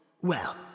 Well